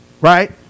right